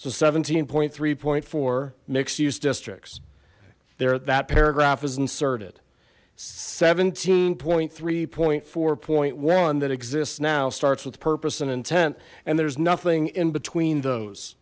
seventeen point three point for mixed use districts there that paragraph is inserted seventeen point three point four point one that exists now starts with purpose and intent and there's nothing in between those